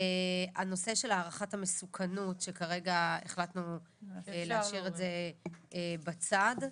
הנושא של הערכת המסוכנות שכרגע החלטנו להשאיר את זה בצד.